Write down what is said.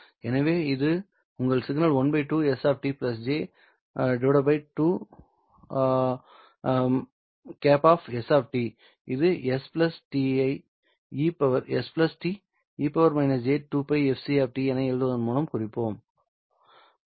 எனவே இது உங்கள் சிக்னல் 12 s j 2 s இது s e j2πfct என எழுதுவதன் மூலம் குறிப்போம்